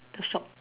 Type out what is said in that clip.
the shop